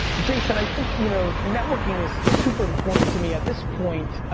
jason, i think you know networking is super important to me at this point,